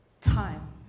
time